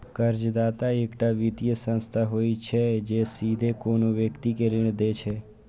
कर्जदाता एकटा वित्तीय संस्था होइ छै, जे सीधे कोनो व्यक्ति कें ऋण दै छै